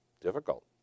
Difficult